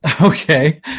okay